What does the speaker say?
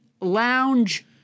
lounge